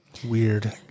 Weird